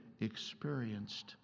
experienced